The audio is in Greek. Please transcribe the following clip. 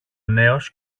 νέος